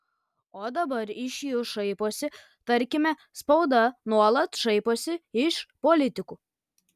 o dabar iš jų šaiposi tarkime spauda nuolat šaiposi iš politikų